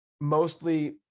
Mostly